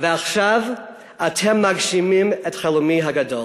ועכשיו אתם מגשימים את חלומי הגדול.